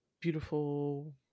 beautiful